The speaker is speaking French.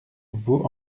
vaux